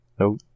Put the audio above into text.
No